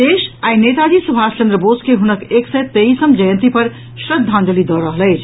देश आई नेताजी सुभाष चंद्र बोस के हुनक एक सय तेईसम जयंती पर श्रद्वांजलि दऽ रहल अछि